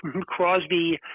Crosby